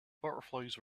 butterflies